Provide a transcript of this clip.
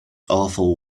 awful